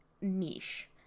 niche